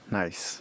nice